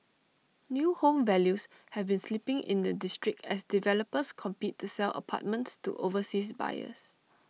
new home values have been slipping in the district as developers compete to sell apartments to overseas buyers